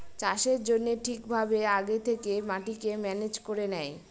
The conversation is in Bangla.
চাষের জন্য ঠিক ভাবে আগে থেকে মাটিকে ম্যানেজ করে নেয়